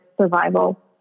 survival